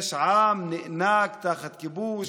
יש עם שנאנק תחת כיבוש,